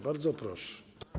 Bardzo proszę.